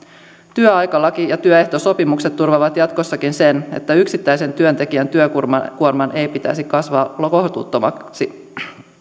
työaikalaki ja työehtosopimukset turvaavat jatkossakin sen että yksittäisen työntekijän työkuorman ei pitäisi kasvaa kohtuuttomaksi